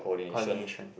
coordination